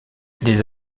les